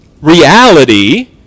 reality